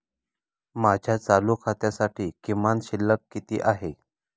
माझ्या चालू खात्यासाठी किमान शिल्लक किती आहे?